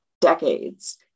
decades